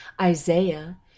Isaiah